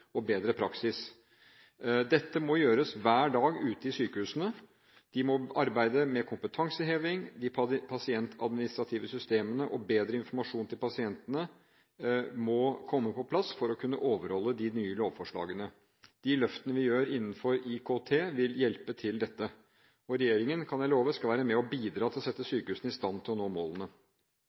praksis. Dette må gjøres hver dag ute i sykehusene. De må arbeide med kompetanseheving, og de pasientadministrative systemene og bedre informasjon til pasientene må komme på plass for å kunne overholde de nye lovforslagene. De løftene vi gjør innenfor IKT, vil hjelpe til dette. Regjeringen, kan jeg love, skal være med og bidra til å sette sykehusene i stand til å nå målene.